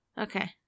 Okay